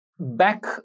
back